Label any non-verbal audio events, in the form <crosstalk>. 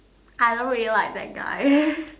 I don't really like that guy <laughs>